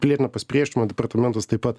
pilietinio pasipriešinimo departamentas taip pat